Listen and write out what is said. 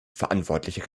verantwortliche